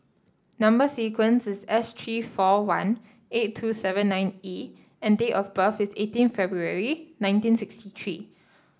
number sequence is S three four one eight two seven nine E and date of birth is eighteen February nineteen sixty three